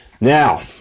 now